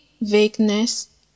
vagueness